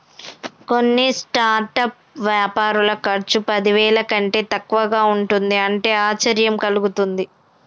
కొన్ని స్టార్టప్ వ్యాపారుల ఖర్చు పదివేల కంటే తక్కువగా ఉంటుంది అంటే ఆశ్చర్యం కలుగుతుంది